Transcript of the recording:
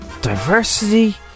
diversity